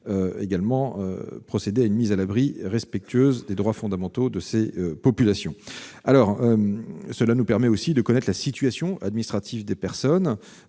part, procéder à une mise à l'abri respectueuse des droits fondamentaux de ces populations. Elles nous permettent aussi de connaître la situation administrative de ces personnes